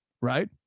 right